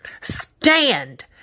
stand